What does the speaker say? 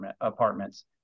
apartments